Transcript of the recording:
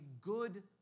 good